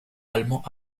allemands